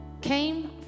came